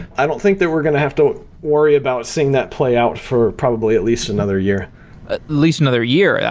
i don't think that we're going to have to worry about seeing that play out for probably at least another year at least another year. yeah